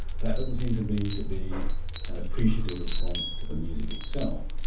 that doesn't seem to me to be an appreciative response to the music itself.